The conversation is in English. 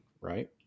right